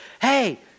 hey